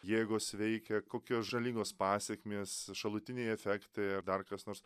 jėgos veikia kokios žalingos pasekmės šalutiniai efektai ar dar kas nors